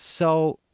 so